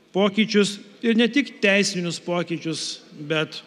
pokyčius ir ne tik teisinius pokyčius bet